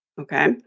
Okay